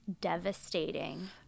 devastating